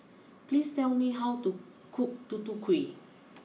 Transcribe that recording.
please tell me how to cook Tutu Kueh